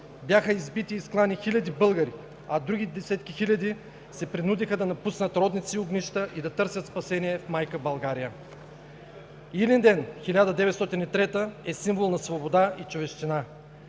бяха избити и изклани хиляди българи, а други десетки хиляди се принудиха да напуснат родните си огнища и да търсят спасение в майка България. Илинден – 1903 г., е символ на свобода и човещина,